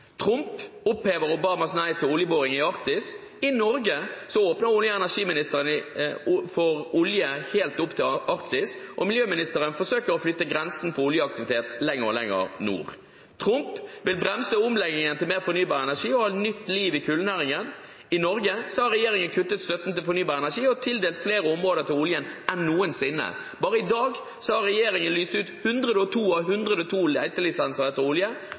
Trump opphever Obamas nei til oljeboring i Arktis. I Norge åpner olje- og energiministeren for olje helt opp til Arktis, og miljøministeren forsøker å flytte grensen for oljeaktivitet lenger og lenger nord. Trump vil bremse omleggingen til mer fornybar energi og gi nytt liv til kullnæringen. I Norge har regjeringen kuttet støtten til fornybar energi og tildelt flere områder til oljen enn noensinne. Bare i dag har regjeringen lyst ut 102 av 102 letelisenser etter olje. I 28 av dem anbefaler regjeringens egne fagorganer at det ikke bør letes etter olje